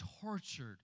tortured